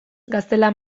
gaztela